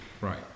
right